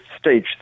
stage